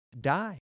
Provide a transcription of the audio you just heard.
die